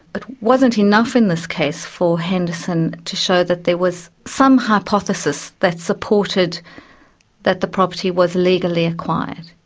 but wasn't enough in this case for henderson to show that there was some hypothesis that supported that the property was illegally acquired.